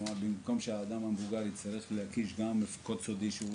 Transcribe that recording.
כלומר במקום שהאדם המבוגר יצטרך להקיש קוד סודי שהוא